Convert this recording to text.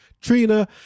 Trina